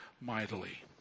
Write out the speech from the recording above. mightily